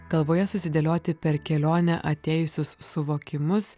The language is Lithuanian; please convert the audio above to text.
galvoje susidėlioti per kelionę atėjusius suvokimus